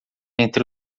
entre